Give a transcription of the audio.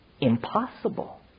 impossible